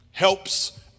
Helps